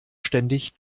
ständig